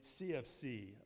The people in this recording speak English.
CFC